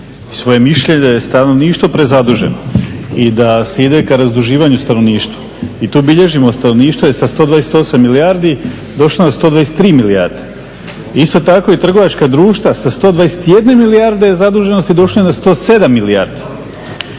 svoje mišljenje. Stanovništvo prezaduženo i da se ka razduživanju stanovništva i tu bilježimo, stanovništvo je sa 128 milijardi došlo na 123 milijarde. Isto tako i trgovačka društva sa 121 milijarde zaduženosti je došlo na 107 milijardi.